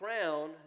crown